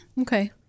Okay